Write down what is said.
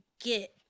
get